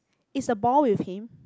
is the ball with him